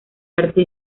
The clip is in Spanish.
arte